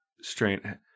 strain